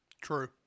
True